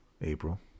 april